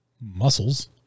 muscles